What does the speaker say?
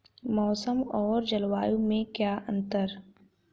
मौसम और जलवायु में क्या अंतर?